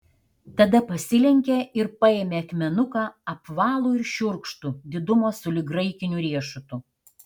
tada pasilenkė ir paėmė akmenuką apvalų ir šiurkštų didumo sulig graikiniu riešutu